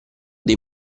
dei